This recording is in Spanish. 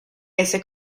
ese